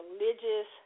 religious –